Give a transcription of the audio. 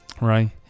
right